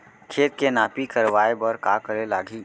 खेत के नापी करवाये बर का करे लागही?